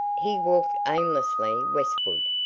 he walked aimlessly westward,